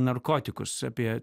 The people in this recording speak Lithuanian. narkotikus apie